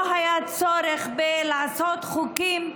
לא היה צורך לעשות חוקים,